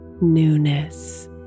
newness